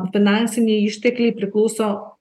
finansiniai ištekliai priklauso